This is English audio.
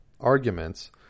arguments